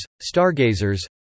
stargazers